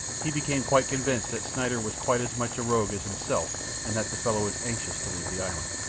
he became quite convinced that schneider was quite as much a rogue as himself and that the fellow was anxious to leave the island.